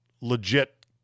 legit